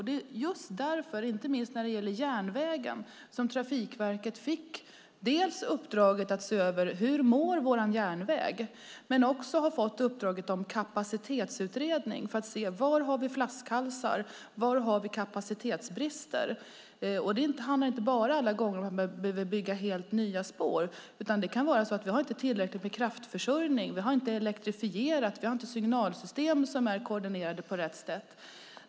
Det var just därför som Trafikverket fick uppdraget att dels se över hur vår järnväg mår, dels göra en kapacitetsutredning för att se var det finns flaskhalsar och var det är kapacitetsbrister. Det handlar inte alla gånger bara om ifall man behöver bygga helt nya spår, utan det kan handla om att det inte finns tillräckligt med kraftförsörjning, att det inte är elektrifierat och att det inte finns signalsystem som är koordinerade på rätt sätt.